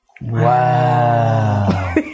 Wow